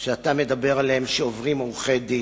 שאתה מדבר עליהן, שעוברים עורכי-דין,